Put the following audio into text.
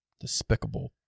despicable